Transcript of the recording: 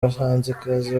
bahanzikazi